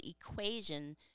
equation